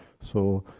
so,